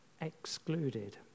excluded